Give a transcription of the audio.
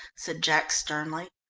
said jack sternly.